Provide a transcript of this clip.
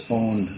own